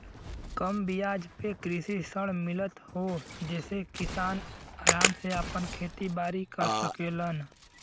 कम बियाज पे कृषि ऋण मिलत हौ जेसे किसान आराम से आपन खेती बारी कर सकेलन